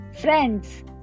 Friends